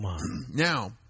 Now